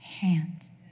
hands